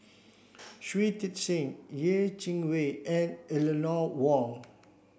Shui Tit Sing Yeh Chi Wei and Eleanor Wong